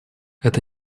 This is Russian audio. это